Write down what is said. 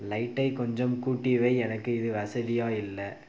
லைட்டை கொஞ்சம் கூட்டி வை எனக்கு இது வசதியாக இல்லை